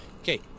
Okay